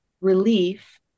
relief